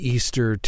Easter